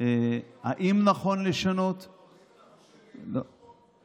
אם נכון לשנות, האם נכון, לתקן את זה,